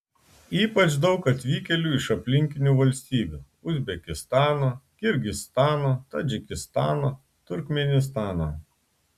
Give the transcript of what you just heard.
ypač daug atvykėlių iš aplinkinių valstybių uzbekistano kirgizstano tadžikistano turkmėnistano